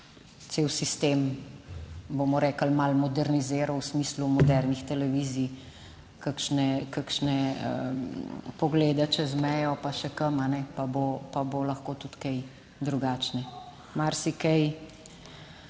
cel sistem, bomo rekli, malo moderniziral v smislu modernih televizij, kakšne, kakšne poglede čez mejo pa še kam, pa bo, pa bo lahko tudi kaj drugačne. Marsikaj